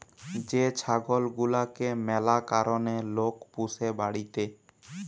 যে ছাগল গুলাকে ম্যালা কারণে লোক পুষে বাড়িতে